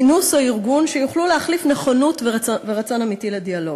כינוס או ארגון שיוכלו להחליף נכונות ורצון אמיתי לדיאלוג.